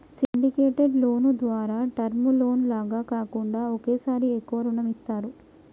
syndicated loan ద్వారా term loan లాగా కాకుండా ఒకేసారి ఎక్కువ రుణం ఇస్తారు